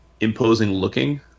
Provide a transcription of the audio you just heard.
imposing-looking